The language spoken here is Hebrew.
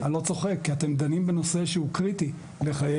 אני לא צוחק; אתם דנים בנושא שהוא קריטי לחיינו,